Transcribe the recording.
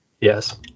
Yes